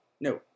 no